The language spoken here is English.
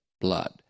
blood